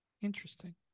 Interesting